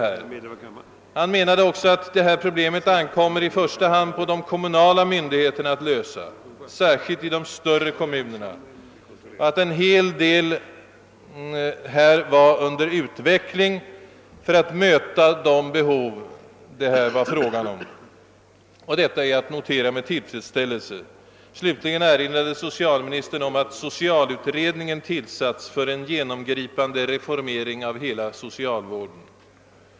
Han menade också att det i första hand ankommer på de kommunala myndigheterna att lösa detta problem, särskilt i de större städerna, och att en hel del åtgärder för att möta de behov det var fråga om var under utveckling. Detta är att notera med tillfredsställelse. Slutligen erinrade socialministern om att socialutredningen tillsatts för en genomgripande reformering av hela socialvården.